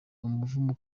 umuvumo